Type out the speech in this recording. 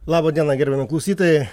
laba diena gerbiami klausytojai